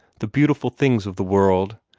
the beautiful things of the world?